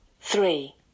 Three